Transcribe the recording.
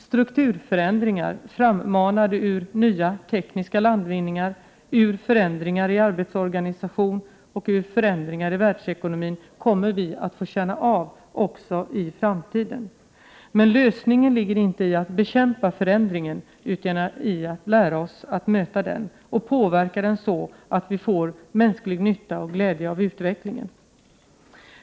Strukturförändringar, frammanade ur nya tekniska landvinningar, ur förändringar i arbetsorganisation och ur förändringar i världsekonomin kommer vi att få känna av också i framtiden. Men lösningen ligger inte i att bekämpa förändringen, utan i att lära sig möta den och påverka den så att vi får mänsklig nytta och glädje av utvecklingen.